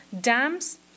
dams